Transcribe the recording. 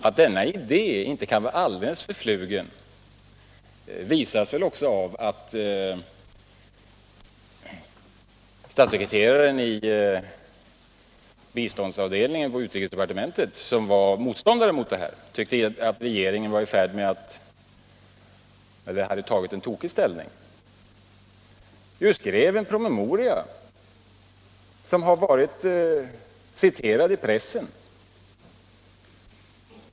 Att denna idé inte kan vara alldeles förflugen visas väl också av att statssekreteraren i biståndsavdelningen på utrikesde partementet, som var motståndare till det här, som tyckte att regeringen hade tagit en tokig ställning, ju skrev en promemoria som har varit citerad i pressen.